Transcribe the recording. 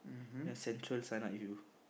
then central sign up you